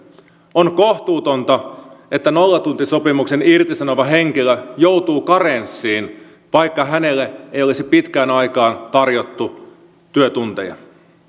on kohtuutonta että nollatuntisopimuksen irtisanova henkilö joutuu karenssiin vaikka hänelle ei olisi pitkään aikaan tarjottu työtunteja